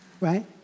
right